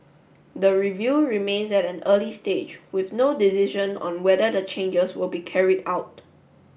the review remains at an early stage with no decision on whether the changes will be carried out